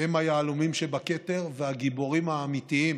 שהם היהלומים שבכתר והגיבורים האמיתיים